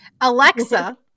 Alexa